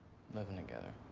living together.